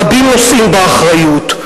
רבים נושאים באחריות,